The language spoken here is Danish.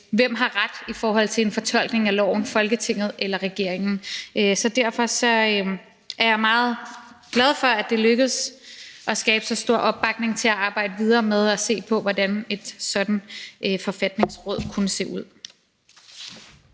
der har ret i forhold til en fortolkning af loven: Folketinget eller regeringen? Derfor er jeg meget glad for, at det lykkedes at skabe så stor opbakning til at arbejde videre med at se på, hvordan et sådant forfatningsråd kunne se ud.